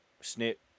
snip